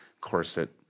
corset